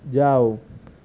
جاؤ